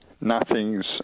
Nothing's